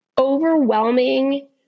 overwhelming